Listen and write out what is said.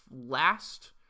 last